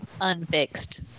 Unfixed